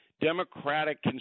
Democratic